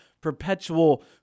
perpetual